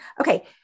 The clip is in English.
Okay